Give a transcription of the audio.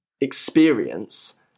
experience